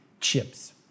chips